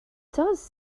does